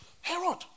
Herod